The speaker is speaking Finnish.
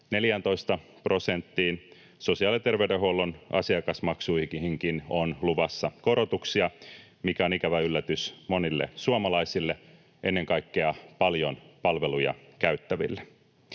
14 prosenttiin. Sosiaali- ja terveydenhuollon asiakasmaksuihinkin on luvassa korotuksia, mikä on ikävä yllätys monille suomalaisille, ennen kaikkea paljon palveluja käyttäville.